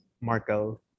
Markel